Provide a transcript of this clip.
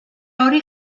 hori